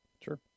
Sure